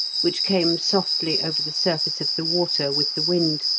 which came softly over the surface of the water with the wind,